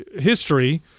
history